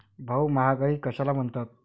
भाऊ, महागाई कशाला म्हणतात?